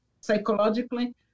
psychologically